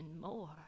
more